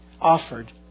offered